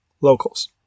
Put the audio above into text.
locals